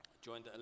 joined